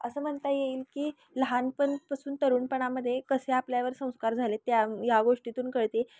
असं म्हणता येईल की लहानपणीपासून तरुणपणामध्ये कसे आपल्यावर संस्कार झाले आहेत त्या या गोष्टीतून कळते